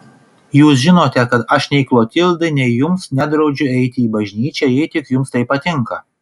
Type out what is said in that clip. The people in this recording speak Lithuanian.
jūs žinote kad aš nei klotildai nei jums nedraudžiu eiti į bažnyčią jei tik jums tai patinka